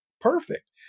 Perfect